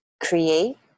Create